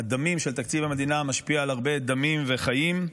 הדמים של תקציב המדינה משפיעים על הרבה דמים וחיים,